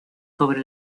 sobre